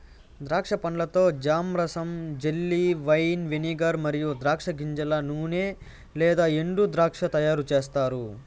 ద్రాక్ష పండ్లతో జామ్, రసం, జెల్లీ, వైన్, వెనిగర్ మరియు ద్రాక్ష గింజల నూనె లేదా ఎండుద్రాక్ష తయారుచేస్తారు